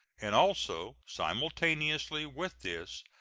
and also, simultaneously with this,